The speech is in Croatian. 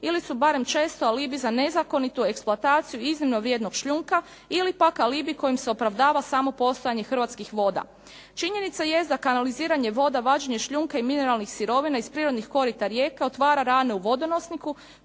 ili su barem često alibi za nezakonitu eksploataciju iznimno vrijednog šljunka ili pak alibi kojim se opravdava samo postojanje Hrvatskih voda. Činjenica jest da kanaliziranje voda, vađenje šljunka i mineralnih sirovina iz prirodnih korita rijeka otvara rane u vodonosniku,